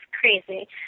crazy